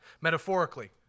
metaphorically